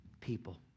people